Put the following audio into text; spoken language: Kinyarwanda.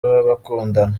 w’abakundana